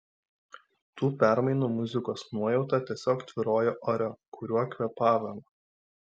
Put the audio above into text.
tų permainų muzikos nuojauta tiesiog tvyrojo ore kuriuo kvėpavome